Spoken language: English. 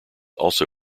also